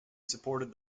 supported